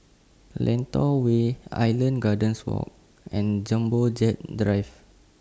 Lentor Way Island Gardens Walk and Jumbo Jet Drive